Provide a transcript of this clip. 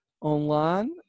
online